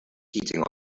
heating